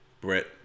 Brett